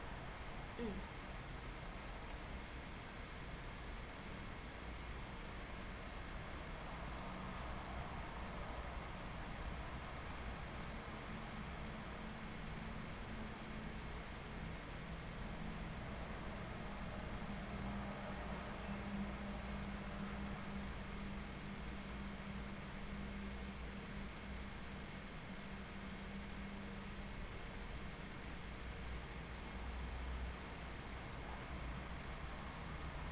mm mm mm mm